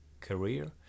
career